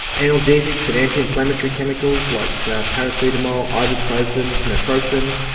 analgesics and anti-inflammatory chemicals like paracetamol, ibuprofen, naproxen,